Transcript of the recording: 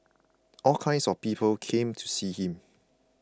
all kinds of people came to see him